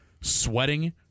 sweating